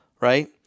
right